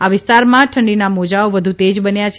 આ વિસ્તારમાં ઠંડીના મોજાંઓ વધુ તેજ બન્યા છે